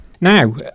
now